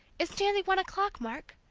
it's nearly one o'clock, mark!